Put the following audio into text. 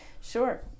Sure